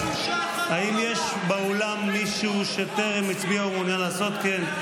האם יש מישהו באולם שטרם הצביע ומעוניין לעשות כן?